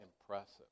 impressive